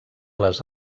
les